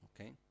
okay